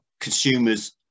consumers